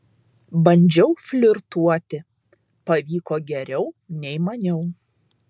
bandžiau flirtuoti pavyko geriau nei maniau